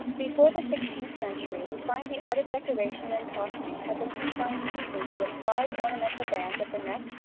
before the sixteenth century we find the art of decoration in costume had been confined chiefly to applied ornamental bands at the neck,